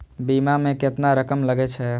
बीमा में केतना रकम लगे छै?